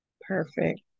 perfect